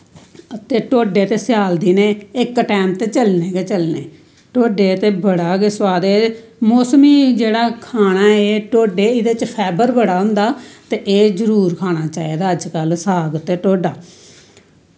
ते ढोडे ते स्याल दिने इक टैम ते चलने गै चलने ढोडे ते बड़ा गै सोआद ऐ मौसमी जेह्ड़ा खाना ऐ एह्दे च फाईबर बड़ा होंदा ते एह् जरूर खाना चाही दा अजकल साग ते ढोडा